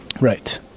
Right